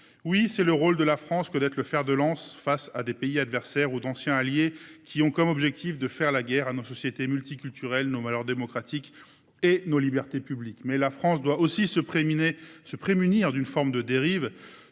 Oui, c’est le rôle de la France que d’en être le fer de lance, face à des pays, adversaires ou anciens alliés, dont l’objectif est de faire la guerre à nos sociétés multiculturelles, à nos valeurs démocratiques et à nos libertés publiques. Toutefois, la France doit aussi se prémunir d’une forme de dérive.